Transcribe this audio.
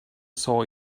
saw